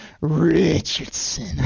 Richardson